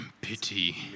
Pity